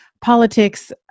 politics